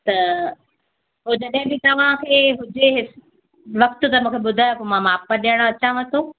त हुन ते बि तव्हांखे हुजे वक़्त त मूंखे ॿुधाए पोइ मां माप ॾियण अचांव थो